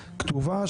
כתובה,